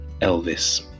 Elvis